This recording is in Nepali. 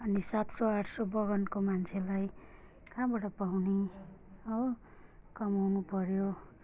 अनि सात सौ आठ सौ बगानकोमा मान्छेलाई कहाँबाट पाउने हो कमाउनु पऱ्यो